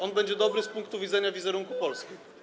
On będzie dobry z punktu widzenia wizerunku Polski.